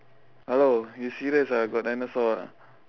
hello you serious ah got dinosaur ah